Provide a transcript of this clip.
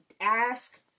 ask